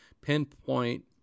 pinpoint